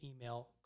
email